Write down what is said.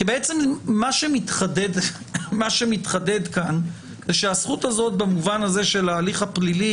מה שמתחדד כאן זה שהזכות הזאת במובן הזה של ההליך הפלילי